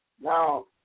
Now